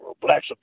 black